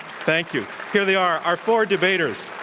thank you, here they are our four debaters.